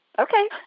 Okay